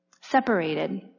separated